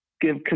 give